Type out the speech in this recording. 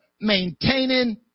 maintaining